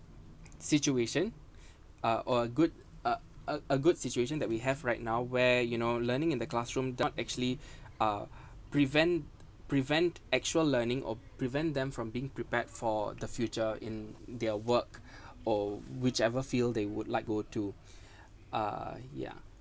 situation uh or good a a good situation that we have right now where you know learning in the classroom don't actually uh prevent prevent actual learning or prevent them from being prepared for the future in their work or whichever field they would like go to uh yeah